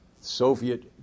Soviet